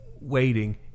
waiting